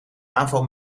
aanval